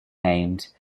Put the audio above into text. named